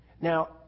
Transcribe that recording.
Now